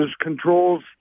controls